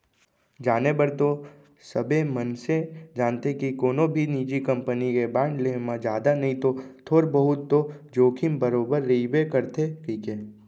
जाने बर तो सबे मनसे जानथें के कोनो भी निजी कंपनी के बांड लेहे म जादा नई तौ थोर बहुत तो जोखिम बरोबर रइबे करथे कइके